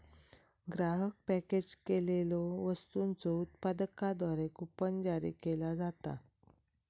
ग्राहक पॅकेज केलेल्यो वस्तूंच्यो उत्पादकांद्वारा कूपन जारी केला जाता